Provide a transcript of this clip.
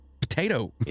potato